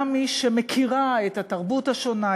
גם מי שמכירה את התרבות השונה,